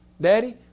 Daddy